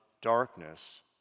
darkness